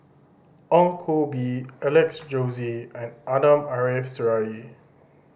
Ong Koh Bee Alex Josey and Ariff Suradi